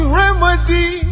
remedy